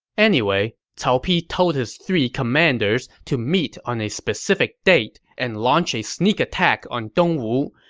anyway, cao pi told his three commanders to meet on a specific date and launch a sneak attack on dongwu,